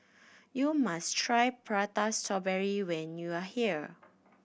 you must try Prata Strawberry when you are here